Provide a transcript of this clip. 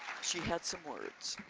she had some words.